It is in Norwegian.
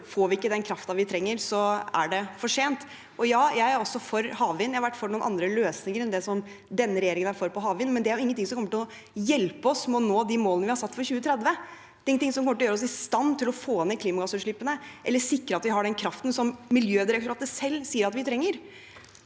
Får vi ikke den kraften vi trenger, er det for sent. Jeg er også for havvind; jeg har vært for noen andre løsninger enn denne regjeringen har vært for på havvind. Men det er ingen ting som kommer til å hjelpe oss med å nå de målene vi har satt for 2030. Det er ingen ting som kommer til å gjøre oss i stand til å få ned klimagassutslippene, eller sikre at vi har den kraften som Miljødirektoratet selv sier at vi trenger.